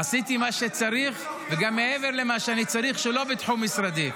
עשיתי מה שצריך וגם מעבר למה שאני צריך שלא בתחום משרדי.